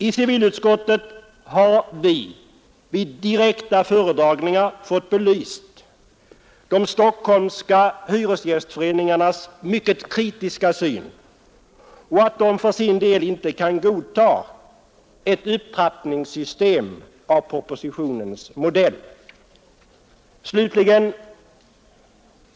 I civilutskottet har vi vid direkta föredragningar fått belyst de stockholmska hyresgästföreningarnas mycket kritiska syn och erfarit att de för sin del inte kan godta ett upptrappningssystem av propositionens modell.